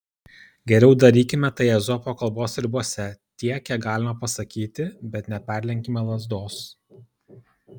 geriau darykime tai ezopo kalbos ribose tiek kiek galima pasakyti bet neperlenkime lazdos